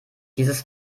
dieses